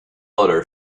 other